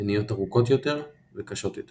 הן נהיות ארוכות וקשות יותר.